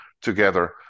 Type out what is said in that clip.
together